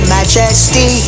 Majesty